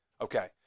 Okay